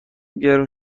گرون